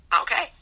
Okay